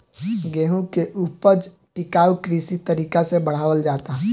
गेंहू के ऊपज टिकाऊ कृषि तरीका से बढ़ावल जाता